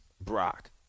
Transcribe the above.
Brock